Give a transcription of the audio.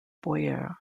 boyer